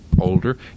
older